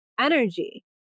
Energy